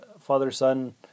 father-son